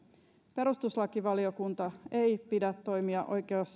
perustuslakivaliokunta ei pidä toimia